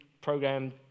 program